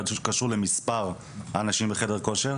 קשור למספר האנשים בחדר כושר,